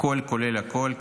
הכול כולל הכול,